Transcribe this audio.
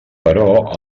però